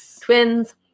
twins